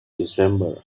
december